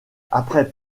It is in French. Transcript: après